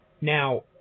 Now